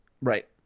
Right